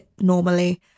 normally